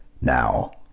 Now